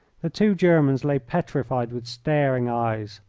the two germans lay petrified with staring eyes.